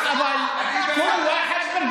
אני בעד.